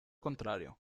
contrario